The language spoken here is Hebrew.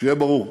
שיהיה ברור: